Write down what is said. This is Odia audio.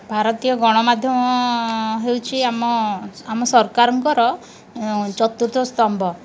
ଭାରତୀୟ ଗଣମାଧ୍ୟମ ହେଉଛି ଆମ ଆମ ସରକାରଙ୍କର ଚତୁର୍ଥ ସ୍ତମ୍ଭ